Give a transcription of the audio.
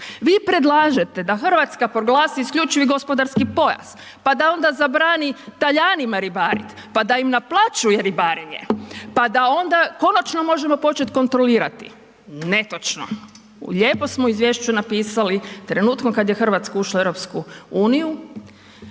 Vi predlažete da Hrvatska proglasi isključivi gospodarski pojas, pa da onda zabrani Talijanima ribarit, pa da im naplaćuje ribarenje, pa da onda konačno možemo početi kontrolirati, netočno. Lijepo smo u izvješću napisali trenutkom kada je Hrvatska ušla u